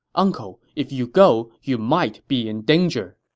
uncle, if you go, you might be in danger.